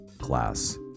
class